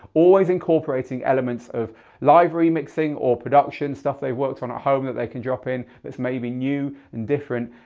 always incorporating elements of live remixing or production stuff they've worked on at home that they can drop in that's maybe new and different,